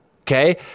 Okay